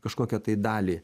kažkokią tai dalį